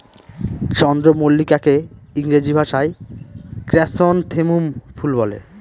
চন্দ্রমল্লিকাকে ইংরেজি ভাষায় ক্র্যাসনথেমুম ফুল বলে